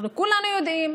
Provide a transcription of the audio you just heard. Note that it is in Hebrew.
אנחנו כולם יודעים,